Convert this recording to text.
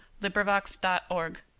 LibriVox.org